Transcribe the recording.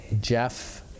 Jeff